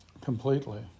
completely